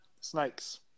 Snakes